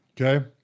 Okay